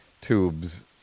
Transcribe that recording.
tubes